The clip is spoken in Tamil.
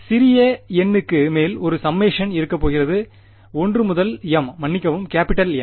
சிறிய n க்கு மேல் ஒரு சம்மேஷன் இருக்கப்போகிறது 1 முதல் m மன்னிக்கவும் கேபிடல் N